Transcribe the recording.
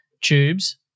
Tubes